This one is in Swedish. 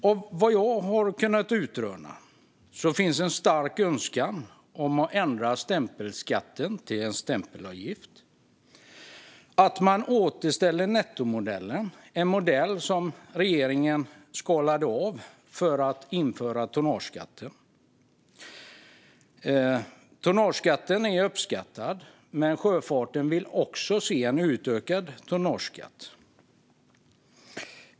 Av vad jag har kunnat utröna finns en stark önskan om att ändra stämpelskatten till en stämpelavgift och att nettomodellen återställs - en modell som regeringen skalade av för att införa tonnageskatten. Tonnageskatten är uppskattad, men sjöfarten vill också se en utökad tonnageskatt.